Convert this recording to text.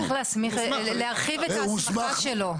צריך להרחיב את ההסמכה שלו.